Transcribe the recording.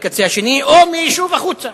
לקצה השני, או מהיישוב החוצה,